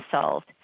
solved